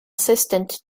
assistant